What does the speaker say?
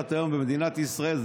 שמבוצעת היום במדינת ישראל,